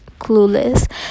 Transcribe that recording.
clueless